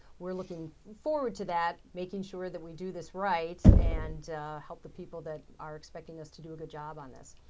we're looking forward to that, making sure that we do this right and helping the people that are expecting us to do a good job on this.